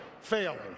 failing